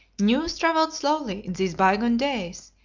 news travelled slowly in these bygone days,